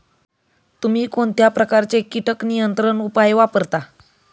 तुम्ही कोणत्या प्रकारचे कीटक नियंत्रण उपाय वापरता?